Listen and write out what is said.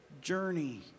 journey